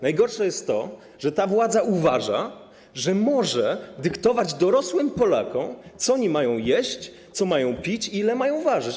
Najgorsze jest to, że ta władza uważa, że może dyktować dorosłym Polakom, co oni mają jeść, co mają pić i ile mają ważyć.